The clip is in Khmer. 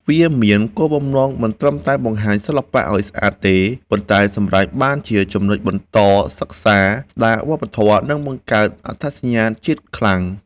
វាមានគោលបំណងមិនត្រឹមតែបង្ហាញសិល្បៈឲ្យស្អាតទេ ប៉ុន្តែសម្រេចបានជាចំណុចបន្តសិក្សា ស្តារវប្បធម៌ និងបង្កើតអត្តសញ្ញាណជាតិខ្លាំង។